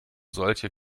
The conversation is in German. solche